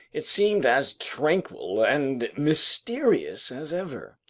it seemed as tranquil and mysterious as ever.